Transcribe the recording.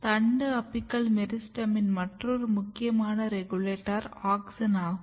தண்டு அபிக்கல் மெரிஸ்டெமின் மற்றொரு முக்கியமான ரெகுலேட்டர் ஆக்ஸின் ஆகும்